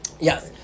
yes